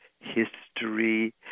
history